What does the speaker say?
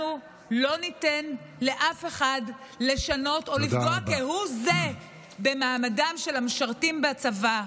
אנחנו לא ניתן לאף אחד לשנות או לפגוע כהוא זה במעמדם של המשרתים בצבא,